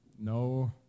No